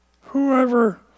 Whoever